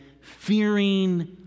fearing